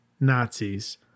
Nazis